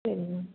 சரி மேம்